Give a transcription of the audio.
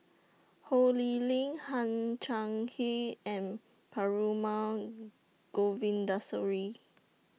Ho Lee Ling Hang Chang He and Perumal Govindaswamy